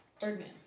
Birdman